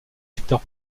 secteur